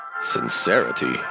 Sincerity